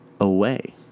away